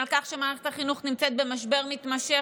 על כך שמערכת החינוך נמצאת במשבר מתמשך,